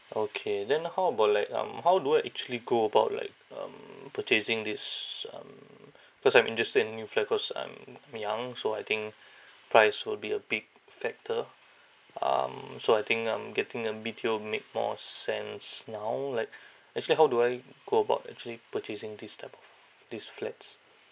okay then how about like um how do I actually go about like um purchasing this um because I'm interested in new flat cause I'm I'm young so I think price will be a big factor um so I think um getting a B_T_O make more sense now like actually how do I go about actually purchasing this type of these flats